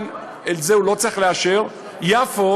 וכמובן, את זה הוא לא צריך לאשר, ביפו,